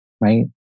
right